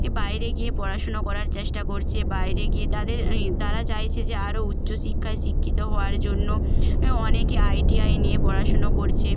এ বাইরে গিয়ে পড়াশুনো করার চেষ্টা করছে বাইরে গিয়ে তাদের তারা চাইছে যে আরও উচ্চশিক্ষায় শিক্ষিত হওয়ার জন্য অনেকে আইটিআই নিয়ে পড়াশুনো করছে